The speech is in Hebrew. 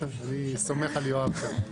אני סומך על יואב.